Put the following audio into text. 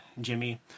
jimmy